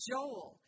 Joel